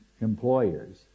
employers